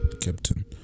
Captain